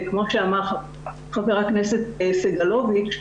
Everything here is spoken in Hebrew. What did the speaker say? כמו שאמר ח"כ סגלוביץ,